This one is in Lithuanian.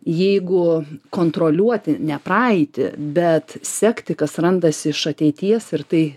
jeigu kontroliuoti ne praeitį bet sekti kas randasi iš ateities ir tai